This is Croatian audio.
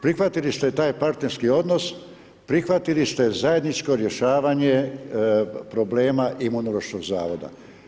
Prihvatili ste taj partnerski odnos, prihvatili ste zajedničko rješavanje problema Imunološkog zavoda.